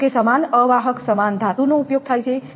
જોકે સમાન અવાહક સમાન ધાતુનો ઉપયોગ થાય છે